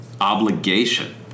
obligation